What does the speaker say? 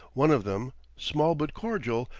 one of them, small but cordial,